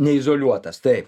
neizoliuotas taip